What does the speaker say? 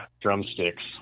drumsticks